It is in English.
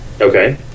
Okay